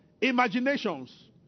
imaginations